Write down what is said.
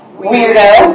weirdo